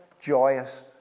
joyous